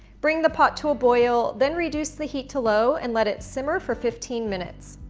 bring the pot to a boil then reduce the heat to low and let it simmer for fifteen minutes.